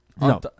No